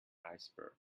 iceberg